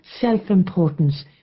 self-importance